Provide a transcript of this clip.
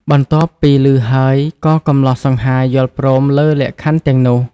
បន្ទាប់ពីឮហើយក៏កម្លោះសង្ហាយល់ព្រមលើលក្ខខណ្ឌទាំងនោះ។